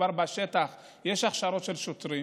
כבר בשטח יש הכשרות של שוטרים.